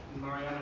Mariana